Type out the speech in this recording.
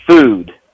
Food